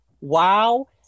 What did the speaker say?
Wow